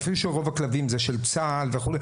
אפילו שרוב הכלבים הם של צה"ל וכו'.